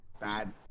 bad